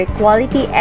quality